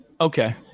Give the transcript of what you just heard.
Okay